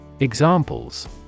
Examples